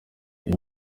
iyo